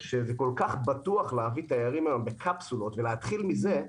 שכל כך בטוח להביא היום תיירים בקפסולות ולהתחיל מזה,